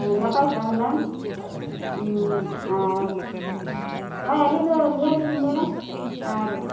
ᱱᱟᱯᱟᱭ ᱠᱚᱜᱼᱟ ᱦᱩᱱᱟᱹᱝ ᱟᱨ ᱦᱳᱭ ᱟᱹᱞᱤᱧ ᱫᱚ ᱱᱤᱭᱟᱹ ᱜᱮᱞᱤᱧ ᱢᱮᱱᱟ ᱟᱨ